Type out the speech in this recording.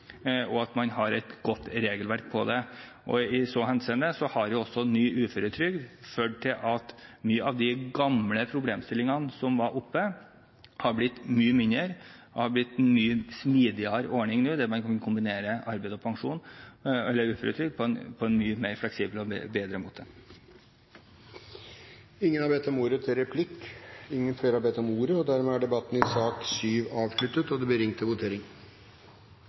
og at man har et godt regelverk på det. I så henseende har også ny uføretrygd ført til at mange av de gamle problemstillingene som var oppe, har blitt mindre, og at det nå har blitt mye mer smidige ordninger, der man kan kombinere arbeid og pensjon eller uføretrygd på en mye mer fleksibel og bedre måte. Ingen har bedt om ordet til replikk. Dermed er debatten i sak nr. 7 avsluttet. Da ser det ut til at Stortinget er klar til å gå til votering.